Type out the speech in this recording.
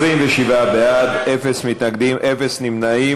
27 בעד, אין מתנגדים, אין נמנעים.